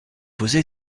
posé